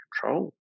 control